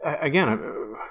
Again